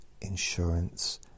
insurance